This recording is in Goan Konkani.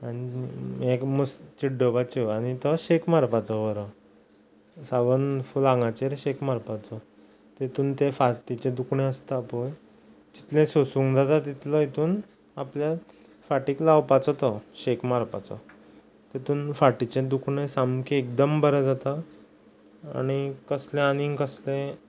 आनी एक मस चिड्डपाच्यो आनी तो शेक मारपाचो बरो सबंद फूल आंगाचेर शेक मारपाचो तितून ते फाटीचें दुखणें आसता पय जितलें सोंसूंक जाता तितलो हेतून आपल्या फाटीक लावपाचो तो शेक मारपाचो तेतून फाटीचें दुखणें सामकें एकदम बरें जाता आनी कसलें आनींक कसलें